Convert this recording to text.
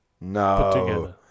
No